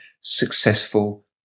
successful